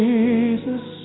Jesus